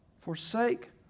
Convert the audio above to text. Forsake